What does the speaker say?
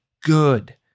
good